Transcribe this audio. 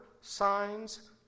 signs